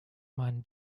meinen